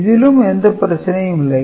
இதிலும் எந்த பிரச்சனையும் இல்லை